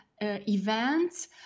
events